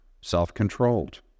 self-controlled